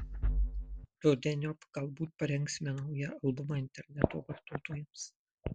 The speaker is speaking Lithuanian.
rudeniop galbūt parengsime naują albumą interneto vartotojams